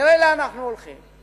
נראה לאן אנחנו הולכים.